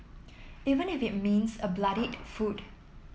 even if it means a bloodied foot